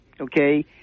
okay